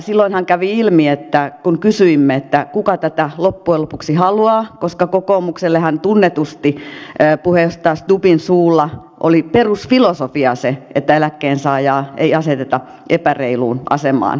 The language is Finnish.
silloinhan kysyimme kuka tätä loppujen lopuksi haluaa koska kokoomuksellahan tunnetusti puheenjohtaja stubbin suulla oli perusfilosofia se että eläkkeensaajaa ei aseteta epäreiluun asemaan